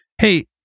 Hey